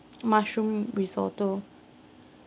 mushroom risotto